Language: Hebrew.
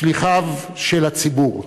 שליחיו של הציבור.